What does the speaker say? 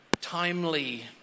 timely